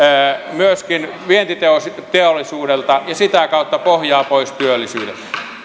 myöskin vientiteollisuudelta ja sitä kautta vie pohjaa pois työllisyydeltä niin